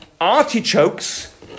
artichokes